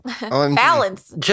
Balance